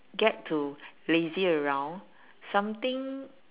get to lazy around something